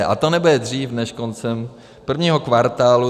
A to nebude dřív než koncem prvního kvartálu 2021.